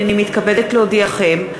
הנני מתכבדת להודיעכם,